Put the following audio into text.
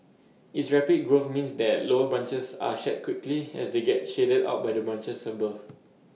its rapid growth means that lower branches are shed quickly as they get shaded out by the branches above